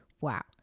Wow